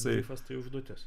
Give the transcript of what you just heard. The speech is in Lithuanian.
seifas tai užduotis